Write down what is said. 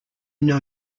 know